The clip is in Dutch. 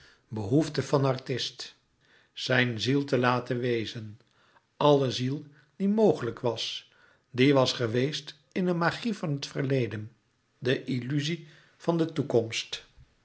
behoefte van artist zijn ziel te laten wezen àlle ziel die mogelijk was die was geweest in de magie van het verleden de illuzie van de toekomst